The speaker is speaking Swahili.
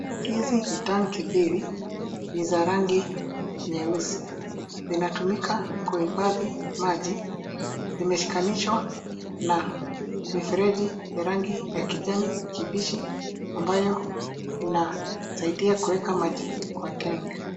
Hizi ni tanki mbili, ni za rangi nyeusi. Zinatumika kuhifadhi maji, zimeshikanishwa na mifereji ya rangi ya kijani kibichi ambayo inasaidia kuweka maji kwa tenki.